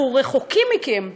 אנחנו רחוקים מכם.